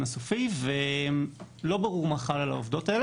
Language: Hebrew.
הסופי ולא ברור מה חל על העובדות האלה.